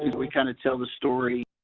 we kind of tell the story